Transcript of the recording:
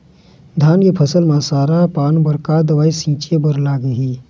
धान के फसल म सरा पान बर का दवई छीचे बर लागिही?